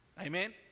amen